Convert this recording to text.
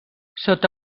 sota